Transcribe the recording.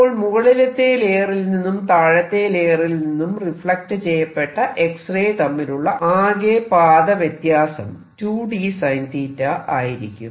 അപ്പോൾ മുകളിലത്തെ ലേയറിൽ നിന്നും താഴത്തെ ലേയറിൽ നിന്നും റിഫ്ലക്ട് ചെയ്യപ്പെട്ട എക്സ്റേ തമ്മിലുള്ള ആകെ പാത വ്യത്യാസം 2dSinθ ആയിരിക്കും